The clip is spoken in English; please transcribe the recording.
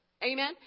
Amen